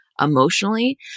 Emotionally